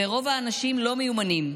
ורוב האנשים לא מיומנים.